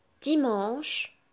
Dimanche